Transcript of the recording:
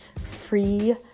free